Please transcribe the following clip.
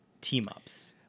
team-ups